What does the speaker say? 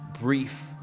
brief